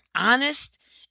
honest